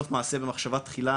סוף מעשה במחשבה תחילה,